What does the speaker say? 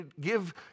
give